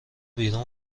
بیرون